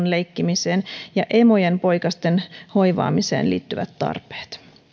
leikkimiseen ja emojen poikasten hoivaamiseen liittyviä tarpeita